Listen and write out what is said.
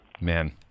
Man